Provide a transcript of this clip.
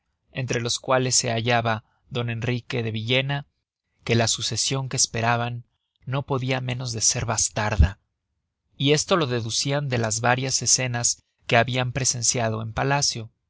entre los cuales se hallaba d enrique de villena que la sucesion que esperaban no podia menos de ser bastarda y esto lo deducian de las varias escenas que habian presenciado en palacio